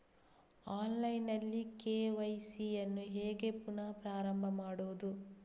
Online ನಲ್ಲಿ KYC ಯನ್ನು ಹೇಗೆ ಪುನಃ ಪ್ರಾರಂಭ ಮಾಡುವುದು?